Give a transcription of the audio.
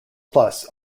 plus